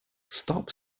stop